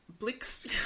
Blix